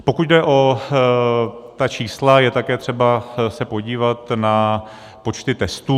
Pokud jde o ta čísla, je také třeba se podívat na počty testů.